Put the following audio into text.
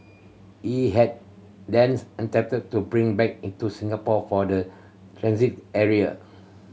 he had then attempted to bring back in to Singapore from the transit area